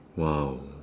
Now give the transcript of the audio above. !wow!